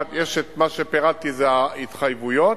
מה שפירטתי זה ההתחייבויות,